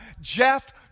Jeff